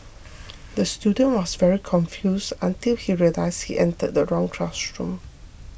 the student was very confused until he realised he entered the wrong classroom